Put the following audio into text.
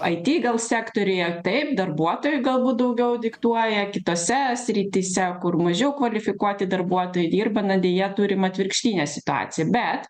ai ti gal sektoriuje taip darbuotojai galbūt daugiau diktuoja kitose srityse kur mažiau kvalifikuoti darbuotojai dirba na deja turim atvirkštinę situaciją bet